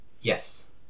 yes